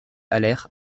haller